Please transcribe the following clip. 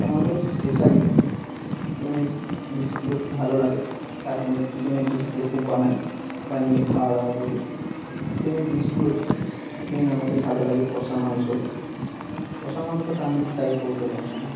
আমাকে স্পেশালি চিকেনের ডিশগুলো খুব ভালো লাগে তাই আমি চিকেনের ডিশগুলো খুব বানাই বানিয়ে খাওয়া দাওয়া করি চিকেনের ডিশগুলোতে মেন আমাকে ভালো লাগে কষা মাংস কষা মাংসটা আমি ঠিক আগে করতে পারতাম না